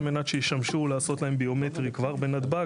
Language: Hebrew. על מנת שישמשו לעשות להם ביומטרי כבר בנתב"ג